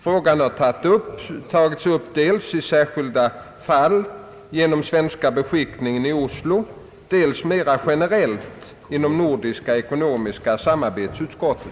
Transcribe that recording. Frågan har tagits upp dels i särskilda fall genom svenska beskickningen i Oslo, dels mera generellt inom Nordiska ekonomiska samarbetsutskottet.